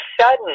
sudden